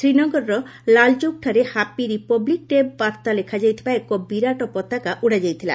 ଶ୍ରୀନଗରର ଲାଲ୍ଚୌକ୍ଠାରେ 'happy republic day' ବାର୍ତ୍ତା ଲେଖାଯାଇଥିବା ଏକ ବିରାଟ ପତାକା ଉଡ଼ାଯାଇଥିଲା